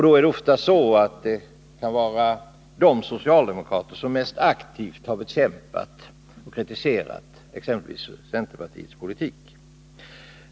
Då kan det ofta vara de socialdemokrater som mest aktivt har bekämpat och kritiserat exempelvis centerpartiets politik.